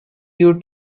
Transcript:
due